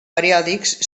periòdics